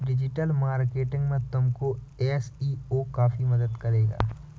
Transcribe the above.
digital marketing में तुमको SEO काफी मदद करेगा